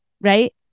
right